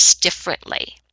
differently